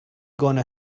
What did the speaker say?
gonna